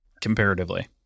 comparatively